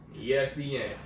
ESPN